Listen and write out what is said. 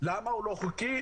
למה הוא לא חוקי?